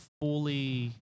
fully